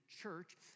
church